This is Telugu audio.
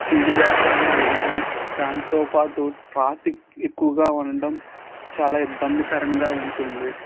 స్పీడ్ బ్రేకర్లు వేయడం దాంతోపాటు ట్రాఫిక్ ఎక్కువగా ఉండడం చాలా ఇబ్బందికరంగా ఉంటుంది